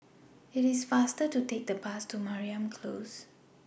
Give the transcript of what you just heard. IT IS faster to Take The Bus to Mariam Close